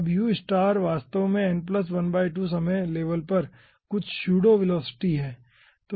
अब यह u वास्तव में n ½ समय लेवल पर कुछ सूडो वेलोसिटी है